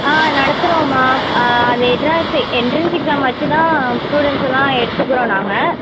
ஆ நடத்துகிறோம்மா அது entrance exam வச்சு தான் ஸ்டூடண்ஸெல்லாம் எடுத்துக்குகிறோம் நாங்கள்